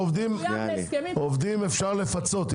עובדים אפשר לפצות.